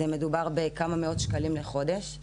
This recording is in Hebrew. ומדובר בכמה מאות שקלים בחודש.